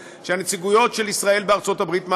שהנציגויות של ישראל בארצות הברית מעבירות,